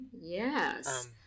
Yes